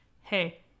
hey